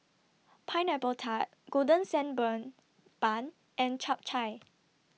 Pineapple Tart Golden Sand Burn Bun and Chap Chai